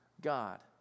God